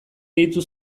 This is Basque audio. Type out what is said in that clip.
deitu